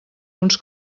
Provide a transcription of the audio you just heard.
uns